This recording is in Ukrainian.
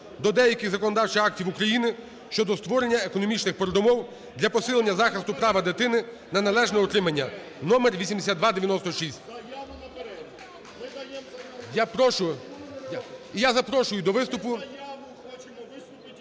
до деяких законодавчих актів України щодо створення економічних передумов для посилення захисту права дитини на належне утримання (№ 8296). Я прошу. І я запрошую до виступу…